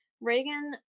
Reagan